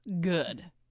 good